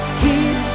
keep